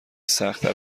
سختتر